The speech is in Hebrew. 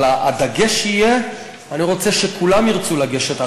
אבל הדגש יהיה, אני רוצה שכולם ירצו לגשת.